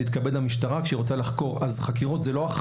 שתתכבד המשטרה כשהיא רוצה לחקור החקירות זה לא שמתקיימת